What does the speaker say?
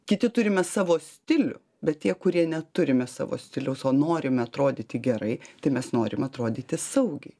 kiti turime savo stilių bet tie kurie neturime savo stiliaus o norime atrodyti gerai tai mes norim atrodyti saugiai